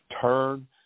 Turn